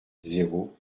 zéro